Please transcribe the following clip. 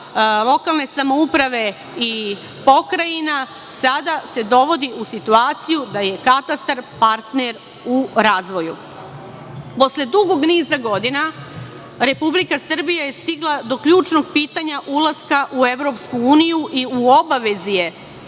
lokalne samouprave i pokrajina, sada se dovodi u situaciju da je katastar partner u razvoju. Posle dugog niza godina Republika Srbija je stigla do ključnog pitanja ulaska u EU i u obavezi je